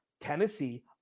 Tennessee